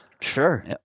Sure